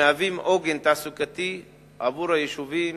שמהווים עוגן תעסוקתי עבור היישובים